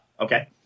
okay